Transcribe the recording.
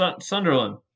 Sunderland